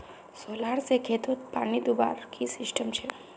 Solar से खेतोत पानी दुबार की सिस्टम छे?